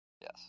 Yes